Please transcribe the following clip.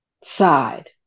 side